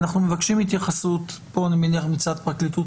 אנחנו מבקשים התייחסות מצד פרקליטות